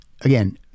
again